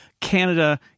Canada